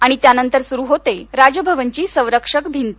आणि त्यानंतर सुरु होते राजभवनची संरक्षक भिंत